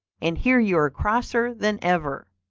and here you are, crosser than ever.